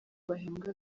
bahembwa